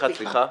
לא מקצועי,